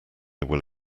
will